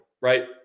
right